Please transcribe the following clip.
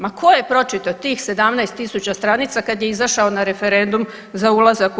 Ma tko je pročitao tih 17 tisuća stranica kad je izašao na referendum za ulazak u EU?